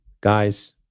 Guys